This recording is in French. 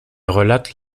relate